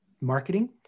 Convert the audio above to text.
marketing